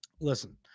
Listen